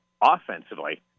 offensively